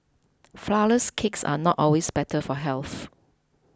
Flourless Cakes are not always better for health